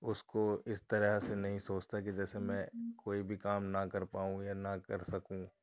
اُس کو اِس طرح سے نہیں سوچتا کہ جیسے میں کوئی بھی کام نہ کر پاؤں یا نہ کر سکوں